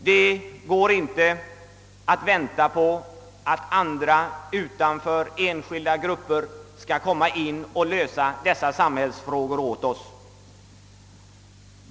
Det går inte att vänta på att enskilda grupper skall lösa dessa samhällsfrågor åt OSS.